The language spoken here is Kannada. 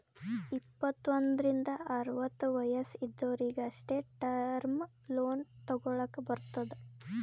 ಇಪ್ಪತ್ತು ಒಂದ್ರಿಂದ್ ಅರವತ್ತ ವಯಸ್ಸ್ ಇದ್ದೊರಿಗ್ ಅಷ್ಟೇ ಟರ್ಮ್ ಲೋನ್ ತಗೊಲ್ಲಕ್ ಬರ್ತುದ್